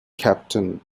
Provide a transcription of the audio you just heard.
captain